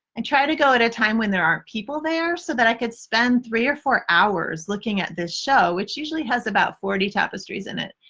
and try to go at a time when there aren't people there so that i can spend three or four hours looking at this show which usually has about forty tapestries in it.